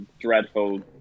dreadful